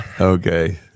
Okay